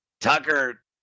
Tucker